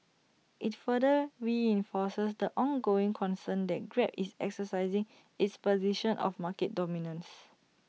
IT further reinforces the ongoing concern that grab is exercising its position of market dominance